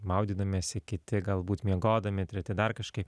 maudydamiesi kiti galbūt miegodami treti dar kažkaip